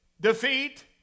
defeat